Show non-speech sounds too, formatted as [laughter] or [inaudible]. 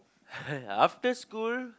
[laughs] after school